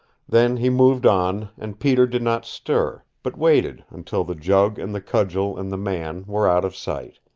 then he moved on, and peter did not stir, but waited until the jug and the cudgel and the man were out of sight.